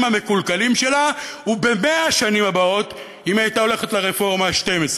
המקולקלים שלה וב-100 השנים הבאות אם היא הייתה הולכת לרפורמה ה-12,